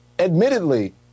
admittedly